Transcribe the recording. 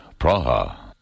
Praha